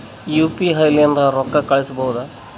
UPI ಲಿಂದ ರೊಕ್ಕ ಕಳಿಸಬಹುದಾ?